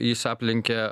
jis aplenkė